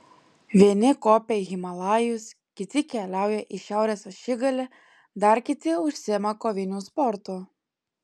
vieni kopia į himalajus kiti keliauja į šiaurės ašigalį dar kiti užsiima koviniu sportu